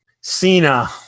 Cena